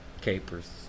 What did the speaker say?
Capers